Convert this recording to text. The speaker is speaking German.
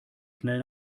schnell